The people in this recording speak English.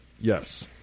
yes